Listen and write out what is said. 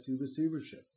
receivership